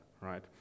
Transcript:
right